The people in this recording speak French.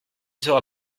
sera